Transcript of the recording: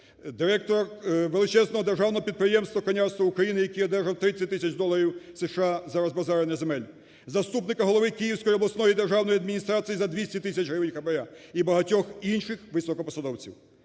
Директор величезного державного підприємства "Конярство України", який одержав 30 тисяч доларів США за розбазарення земель. Заступника голови Київської обласної державної адміністрації за 200 тисяч гривень хабара і багатьох інших високопосадовців.